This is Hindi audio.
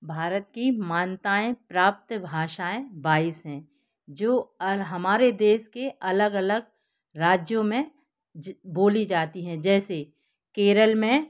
भारत की मान्यताएँ प्राप्त भाषाएं बाइस हैं जो और हमारे देश के अलग अलग राज्यों में बोली जाती हैं जैसे केरल में